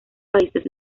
países